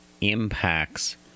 impacts